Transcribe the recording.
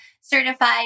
certified